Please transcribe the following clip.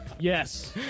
Yes